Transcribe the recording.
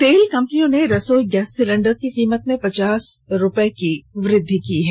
तेल कंपनियों ने रसोई गैस सिलिण्डर की कीमत में पचास रूपये की वृद्धि की है